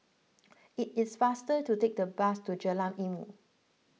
it is faster to take the bus to Jalan Ilmu